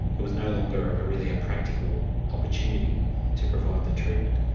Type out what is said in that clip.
there was no longer ah really a practical opportunity to provide the treatment.